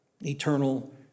Eternal